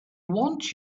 want